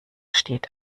steht